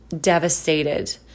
devastated